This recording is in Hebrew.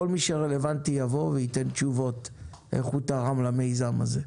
כל מי שרלוונטי יבוא וייתן תשובות איך הוא תרם למיזם הזה.